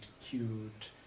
cute